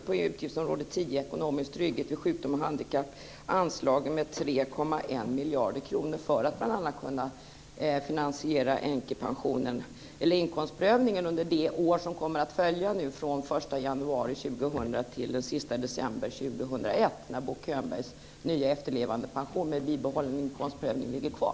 På utgiftsområde 10, Ekonomisk trygghet vid sjukdom och handikapp, minskar Bo Könberg och hans parti anslagen med 3,1 miljarder kronor, bl.a. för att kunna finansiera inkomstprövningen under de år som följer från den 1 januari 2000 till den sista december 2001, medan Bo Könbergs nya efterlevandepension med bibehållen inkomstprövning ligger kvar.